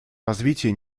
развития